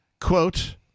Quote